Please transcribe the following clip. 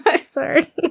sorry